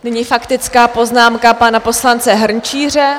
Nyní faktická poznámka pana poslance Hrnčíře.